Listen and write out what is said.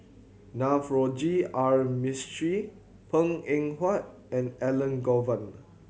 Navroji R Mistri Png Eng Huat and Elangovan